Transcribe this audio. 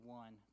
one